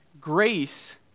Grace